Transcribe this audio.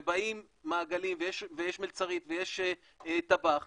ובאים מעגלים ויש מלצרית ויש טבח,